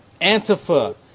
Antifa